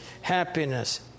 Happiness